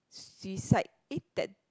suicide eh that